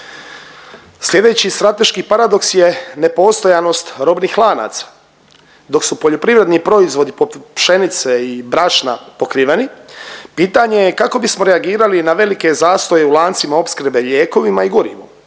Slijedeći strateški paradoks je nepostojanost robnih lanaca. Dok su poljoprivredni proizvodi poput pšenice i brašna pokriveni, pitanje je kako bismo reagirali na velike zastoje u lancima opskrbe lijekovima i gorivom.